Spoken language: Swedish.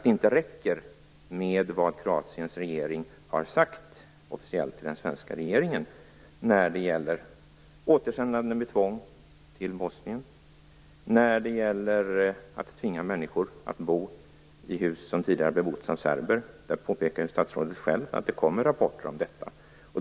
Det räcker inte med vad Kroatiens regering officiellt har sagt till den svenska när det gäller återsändande med tvång till Bosnien och när det gäller att tvinga människor att bo i hus som tidigare bebotts av serber. Statsrådet påpekade ju själv att det kommer rapporter om detta.